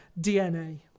DNA